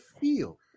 feel